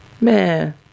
Man